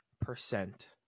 percent